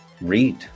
read